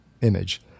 image